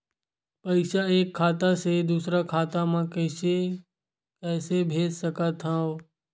पईसा एक खाता से दुसर खाता मा कइसे कैसे भेज सकथव?